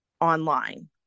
Online